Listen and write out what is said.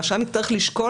הרשם יצטרך לשקול